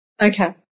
Okay